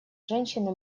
женщины